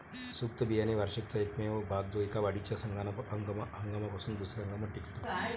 सुप्त बियाणे वार्षिकाचा एकमेव भाग जो एका वाढीच्या हंगामापासून दुसर्या हंगामात टिकतो